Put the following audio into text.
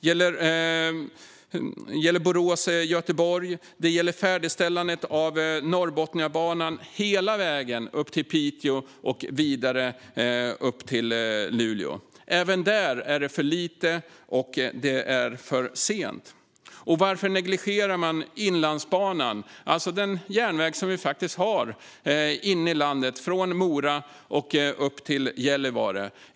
Det gäller Borås-Göteborg. Det gäller färdigställandet av Norrbotniabanan hela vägen till Piteå och vidare upp till Luleå. Även där är det för lite och för sent. Och varför negligerar man Inlandsbanan, alltså den järnväg som vi har inne i landet från Mora upp till Gällivare?